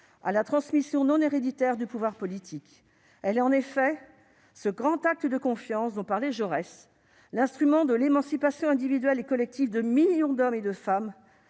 à la transmission non héréditaire du pouvoir politique. Elle est, en effet, ce grand acte de confiance dont parlait Jaurès, l'instrument de l'émancipation individuelle et collective de millions d'hommes et de femmes